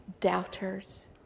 doubters